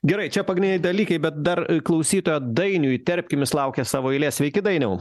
gerai čia pagrindiniai dalykai bet dar klausytoją dainių įterpkim jis laukia savo eilės sveiki dainiau